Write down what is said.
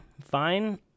Fine